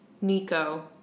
Nico